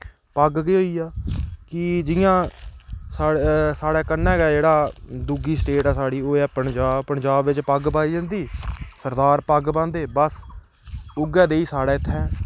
पग्ग केह् होई गेआ जियां साढ़े कन्नै गै जेह्ड़ा दुई स्टेट ऐ साढ़ी ओह् ऐ पंजाब पंजाब बिच्च पग्ग पाई जंदी सरदार पग्ग पांदे बस उऐ जेही साढ़े इत्थें